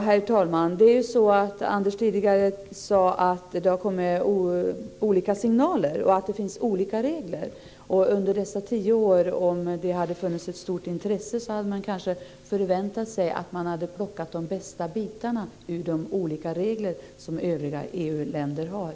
Herr talman! Anders sade tidigare att det har kommit olika signaler och att det finns olika regler. Om det under dessa tio år hade funnits ett stort intresse, kanske vi hade kunnat förvänta oss att vi skulle ha plockat de bästa bitarna ur de olika regler som övriga EU-länder har.